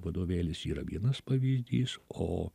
vadovėlis yra vienas pavyzdys o